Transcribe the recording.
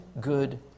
good